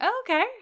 Okay